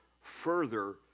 further